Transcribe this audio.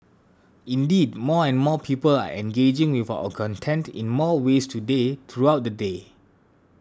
indeed more and more people are engaging with our content in more ways today throughout the day